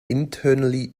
internally